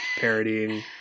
parodying